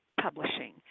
publishing